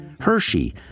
Hershey